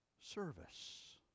service